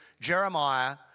Jeremiah